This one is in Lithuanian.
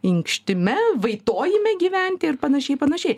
inkštime vaitojime gyventi ir panašiai panašiai